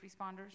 responders